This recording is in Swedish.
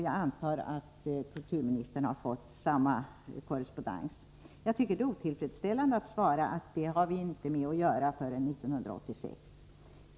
Jag antar att kulturministern också har fått sådana brev. Jag tycker att det är otillfredsställande att svara att vi inte har med detta att göra förrän 1986.